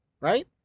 Right